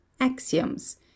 axioms